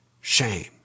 shame